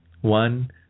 One